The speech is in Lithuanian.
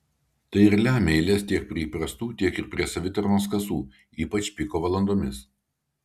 tai ir lemia eiles tiek prie įprastų tiek ir prie savitarnos kasų ypač piko valandomis